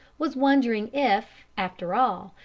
was wondering if, after all,